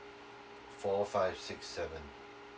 four five six seven